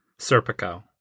Serpico